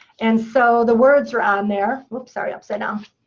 and so the words are on there oops. sorry. upside down.